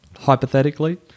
hypothetically